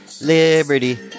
liberty